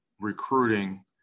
recruiting